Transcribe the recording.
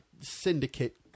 syndicate